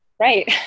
Right